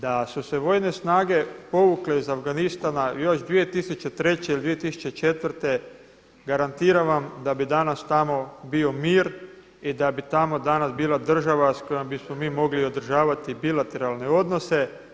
Da su se vojne snage povukle iz Afganistana još 2003. ili 2004. garantiram vam da bi danas tamo bio mir i da bi tamo danas bila država s kojom bismo mi mogli održavati bilateralne odnose.